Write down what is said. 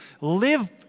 live